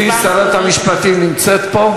גברתי שרת המשפטים נמצאת פה?